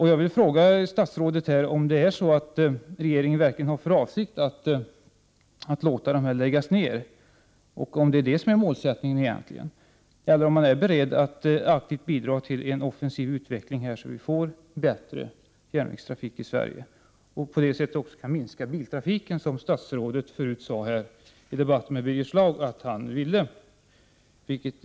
Jag vill fråga statsrådet om regeringen verkligen har för avsikt att låta lägga ned järnvägarna, om det är detta som är det egentliga målet, eller om man är beredd att aktivt bidra till en offensiv utveckling, så att vi får bättre järnvägstrafik i Sverige. Därmed skulle också biltrafiken kunna minska, något som statsrådet i debatten med Birger Schlaug sade sig vilja verka för.